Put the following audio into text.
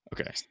Okay